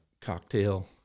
cocktail